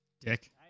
Dick